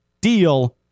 deal